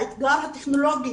האתגר הטכנולוגי,